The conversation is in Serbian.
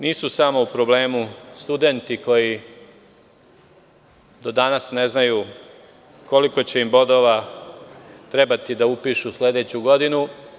Nisu samo u problemu studenti koji do danas ne znaju koliko će im bodova trebati da upišu u sledeću godinu.